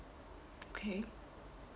okay